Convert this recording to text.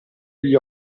gli